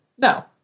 No